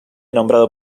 nombrado